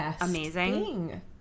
amazing